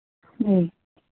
जी